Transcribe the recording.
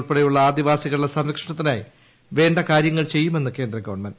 ഗുഹാവാസികൾ ഉൾപ്പെടെയുള്ള ആദിവാസികളുടെ സംരക്ഷണത്തിനായി വേണ്ട കാര്യങ്ങൾ ചെയ്യുമെന്ന് കേന്ദ്ര ഗവൺമെന്റ്